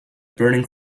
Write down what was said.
burning